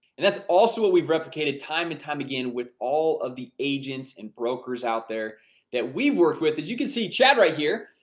and that's also what we've replicated time and time again with all of the agents and brokers out there that we've worked with. as you can see, chad right here,